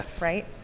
right